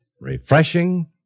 refreshing